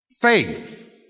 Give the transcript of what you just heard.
Faith